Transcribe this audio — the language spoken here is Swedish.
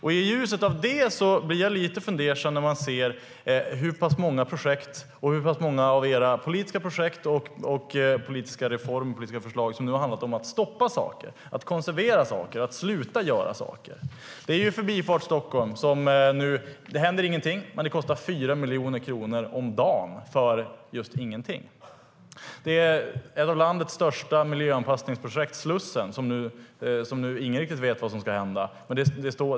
I ljuset av det blir jag lite fundersam när man ser hur pass många av era politiska projekt, reformer och förslag som har handlat om att stoppa saker, att konservera saker och att sluta göra saker. Det gäller Förbifart Stockholm; det händer ingenting, men det kostar 4 miljoner kronor om dagen för just ingenting. Det gäller ett av landets största miljöanpassningsprojekt, Slussen, där nu ingen riktigt vet vad som ska hända.